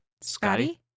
Scotty